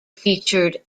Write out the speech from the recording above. featured